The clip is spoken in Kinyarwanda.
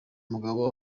mugabo